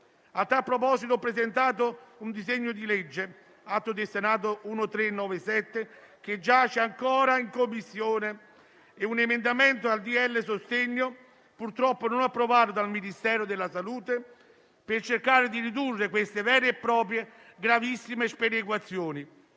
A tal proposito ho presentato un disegno di legge (Atto Senato 1397), che giace ancora in Commissione, e un emendamento al decreto-legge sostegni, purtroppo non approvato dal Ministero della salute, per cercare di ridurre queste vere e proprie gravissime sperequazioni.